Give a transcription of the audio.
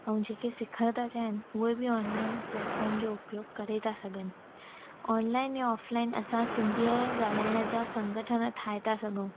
ऐं जेके सिखण था चाहीनि उहे बि ऑनलाइन प्लेटफॉर्म जो उपयोग करे था सघनि ऑनलाइन या ऑफलाइन असां सिंधीअ ॻाल्हायण जा संघठन ठाहे था सघूं